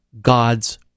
God's